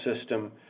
system